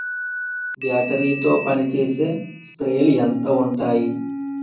Battery తో పనిచేసే స్ప్రేలు ఎంత ఉంటాయి?